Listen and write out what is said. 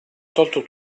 tolto